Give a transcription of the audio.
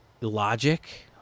logic